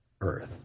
earth